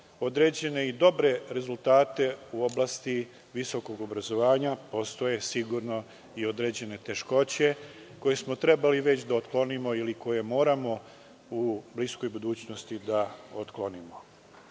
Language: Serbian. određene i dobre rezultate u oblasti visokog obrazovanja, postoje sigurno i određene teškoće koje smo trebali već da otklonimo ili koje moramo u bliskoj budućnosti da otklonimo.